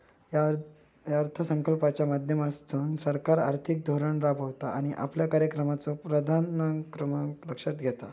या अर्थसंकल्पाच्या माध्यमातसून सरकार आर्थिक धोरण राबवता आणि आपल्या कार्यक्रमाचो प्राधान्यक्रम लक्षात घेता